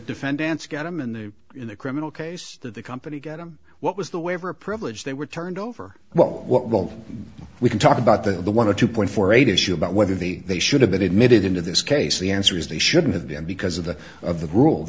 defendants get them in the in the criminal case that the company got him what was the waiver a privilege they were turned over well what will we can talk about the one or two point four eight issue about whether the they should have been admitted into this case the answer is they shouldn't have been because of the of the rule